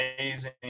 amazing